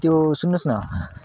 त्यो सुन्नुहोस् न